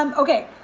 um okay,